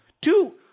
Two –